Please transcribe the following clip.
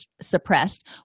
suppressed